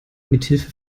mithilfe